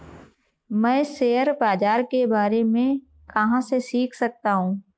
मैं शेयर बाज़ार के बारे में कहाँ से सीख सकता हूँ?